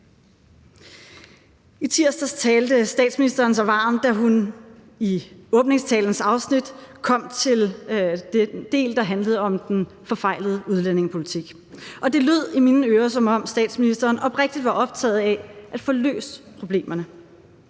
I tirsdags talte statsministeren sig varm, da hun i åbningstalen kom til den del, der handlede om den forfejlede udlændingepolitik. Og det lød i mine ører, som om statsministeren oprigtigt var optaget af at få løst problemerne.